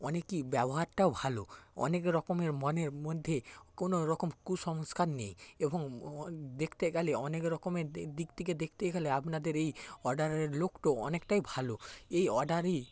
অনেকই ব্যবহারটাও ভালো অনেক রকমের মনের মধ্যে কোনোরকম কুসংস্কার নেই এবং দেখতে গেলে অনেক রকমের দিক থেকে দেখতে গেলে আপনাদের এই অর্ডারের লোকটা অনেকটাই ভালো এই অর্ডারই